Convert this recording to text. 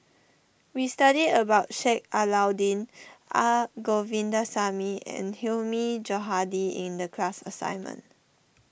we studied about Sheik Alau'ddin Naa Govindasamy and Hilmi Johandi in the class assignment